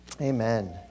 Amen